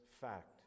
fact